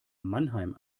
mannheim